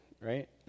right